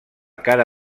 cara